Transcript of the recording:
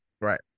right